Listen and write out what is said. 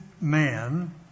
man